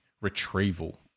retrieval